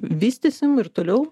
vystysim ir toliau